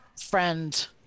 friend